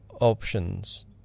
options